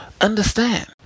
understand